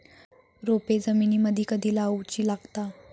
रोपे जमिनीमदि कधी लाऊची लागता?